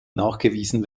nachgewiesen